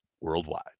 Worldwide